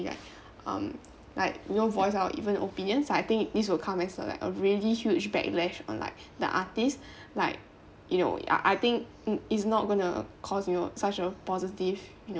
ya um like you know voice out even opinions I think this will come as uh like a really huge backlash on like the artist like you know I I think it it's not going to cause you know such a positive you know